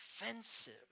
offensive